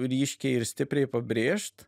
ryškiai ir stipriai pabrėžt